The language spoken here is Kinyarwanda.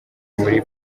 muri